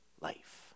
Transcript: life